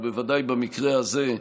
ובוודאי במקרה הזה,